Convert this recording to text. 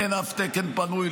אין אף תקן פנוי,